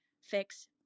fix